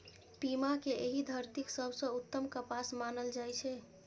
पीमा कें एहि धरतीक सबसं उत्तम कपास मानल जाइ छै